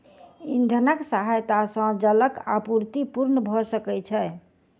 इंधनक सहायता सॅ जलक आपूर्ति पूर्ण भ सकै छै